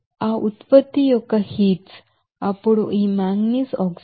ఆ ఉత్పత్తి యొక్క హీట్స్ అప్పుడు ఈ మాంగనీస్ ఆక్సైడ్ మీకు 3367